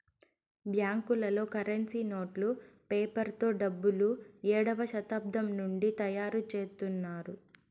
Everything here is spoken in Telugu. బ్యాంకులలో కరెన్సీ నోట్లు పేపర్ తో డబ్బులు ఏడవ శతాబ్దం నుండి తయారుచేత్తున్నారు